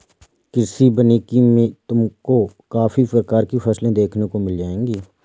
कृषि वानिकी में तुमको काफी प्रकार की फसलें देखने को मिल जाएंगी